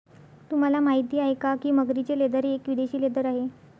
तुम्हाला माहिती आहे का की मगरीचे लेदर हे एक विदेशी लेदर आहे